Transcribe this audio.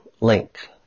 link